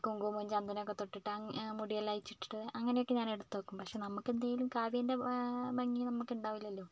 കുങ്കുമം ചന്ദനമൊക്കെ തൊട്ടിട്ട് മുടിയെല്ലാം അഴിച്ചിട്ടിട്ട് അങ്ങനൊക്കെ ഞാൻ എടുത്തേക്കും പക്ഷേ നമുക്ക് എന്തേലും കാവ്യൻ്റെ ഭംഗി നമുക്ക് ഉണ്ടാകൂലല്ലോ